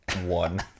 one